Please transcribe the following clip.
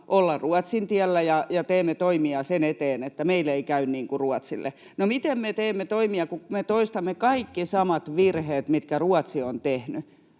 olla Ruotsin tiellä ja teemme toimia sen eteen, että meille ei käy niin kuin Ruotsille. No, miten me teemme toimia, kun me toistamme kaikki samat virheet, mitkä Ruotsi on tehnyt?